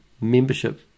membership